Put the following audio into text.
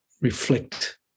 reflect